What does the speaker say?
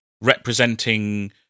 representing